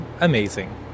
amazing